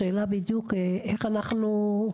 השאלה בדיוק איך אנחנו,